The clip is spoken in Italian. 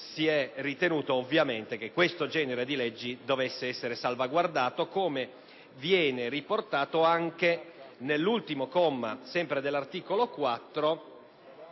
si è ritenuto ovviamente che questo genere di leggi dovesse essere salvaguardato, come viene riportato anche nell'ultimo comma dello stesso articolo 4,